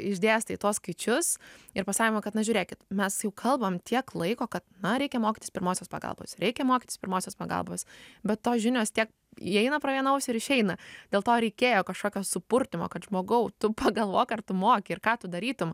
išdėstai tuos skaičius ir pasakom kad na žiūrėkit mes jau kalbam tiek laiko kad na reikia mokytis pirmosios pagalbos reikia mokytis pirmosios pagalbos bet tos žinios tiek įeina pro vieną ausį ir išeina dėl to reikėjo kažkokio supurtymo kad žmogau tu pagalvok ar tu moki ir ką tu darytum